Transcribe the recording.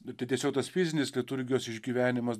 tai tiesiog tas fizinis liturgijos išgyvenimas